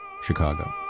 Chicago